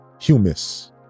Humus